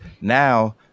now